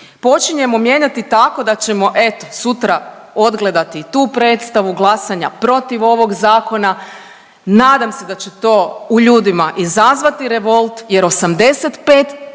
Počinjemo mijenjati tako da ćemo eto sutra odgledati i tu predstavu glasanja protiv ovog zakona. Nadam se da će to u ljudima izazvati revolt jer 85,